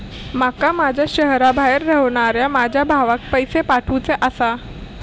माका माझ्या शहराबाहेर रव्हनाऱ्या माझ्या भावाक पैसे पाठवुचे आसा